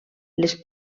les